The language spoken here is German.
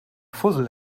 fussel